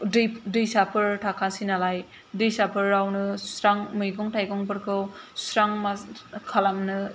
दै दैसाफोर थाखासै नालाय दैसाफोरावनो सुस्रां मैगं थाइगंफोरखौ सुस्रां मा खालामनो